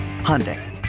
Hyundai